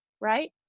right